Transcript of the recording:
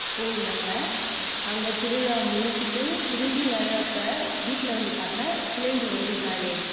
போய்ருந்தாங்க அங்கே திருவிழா முடிச்சுட்டு திரும்பி வர்றப்போ வீட்டில் வந்து பார்த்தா சிலிண்டரு வந்து காலி ஆயிடுச்சு